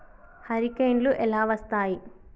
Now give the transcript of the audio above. హరికేన్లు ఎలా వస్తాయి?